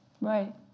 Right